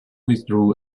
withdrew